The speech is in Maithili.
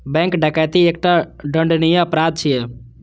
बैंक डकैती एकटा दंडनीय अपराध छियै